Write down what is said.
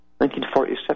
1947